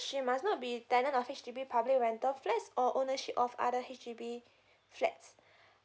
she must not be tenant of H_D_B public rental flats or ownership of other H_D_B flats